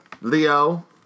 Leo